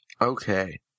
Okay